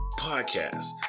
podcast